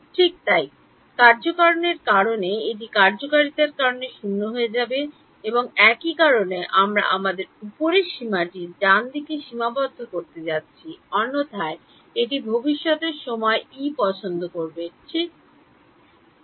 ঠিক তাই কার্যকারণের কারণে এটি কার্যকারিতার কারণে 0 হয়ে যাবে এবং একই কারণে আমরা আমাদের উপরের সীমাটি ডানদিকে সীমাবদ্ধ করতে যাচ্ছি অন্যথায় এটি ভবিষ্যতের সময়ে E পছন্দ করবে ঠিক এখানে আসা